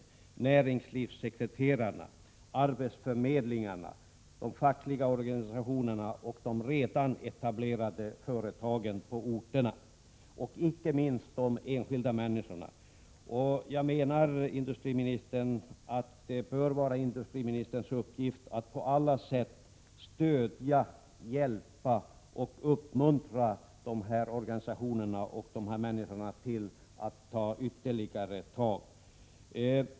Det gäller även näringslivssekreterarna, arbetsförmedlingarna, de fackliga organisationerna och de redan etablerade företagen på orterna, samt inte minst de enskilda männi Prot. 1987/88:111 skorna. Det bör vara industriministerns uppgift att på alla sätt stödja, hjälpa — 29 april 1988 och uppmuntra dessa organisationer och människor att ta ytterligare tag.